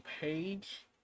page